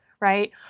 right